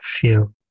feel